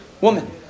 Woman